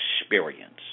experience